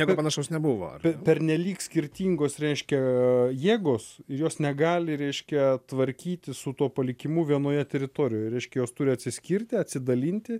nieko panašaus nebuvo pernelyg skirtingos reiškia jėgos jos negali reiškia tvarkytis su tuo palikimu vienoje teritorijoje reiškia jos turi atsiskirti atsidalinti